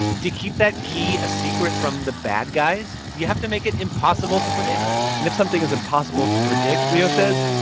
to keep that key a secret from the bad guys, you have to make it impossible to predict and if something is impossible to predict, leo says,